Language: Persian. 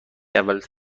اول